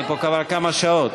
אני פה כבר כמה שעות.